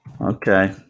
Okay